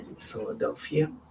Philadelphia